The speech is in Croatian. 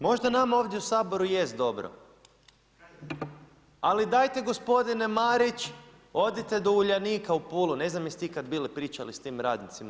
Možda nama ovdje u Saboru jest dobro, ali dajte gospodine Marić odite do Uljanika u Pulu, ne znam jeste ikad bili, pričali s tim radnicima?